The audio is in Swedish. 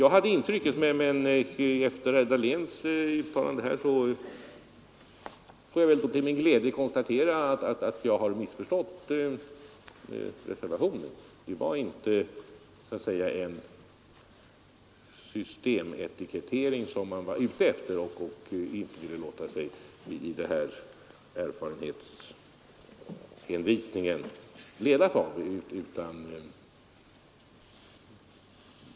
Men efter herr Dahléns uttalande här får jag väl till min glädje konstatera att jag har missförstått reservationen. Det var inte så att säga en systemetikettering som man var ute efter och inte ville låta sig ledas av i den här erfarenhetshänvisningen.